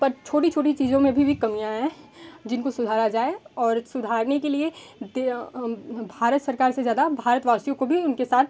पर छोटी छोटी चीज़ों में अभी भी कमियाँ हैं जिनको सुधारा जाए और सुधारने के लिए हम भारत सरकार से ज़्यादा भारत वासियों को भी उनके साथ